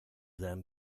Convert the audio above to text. them